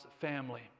family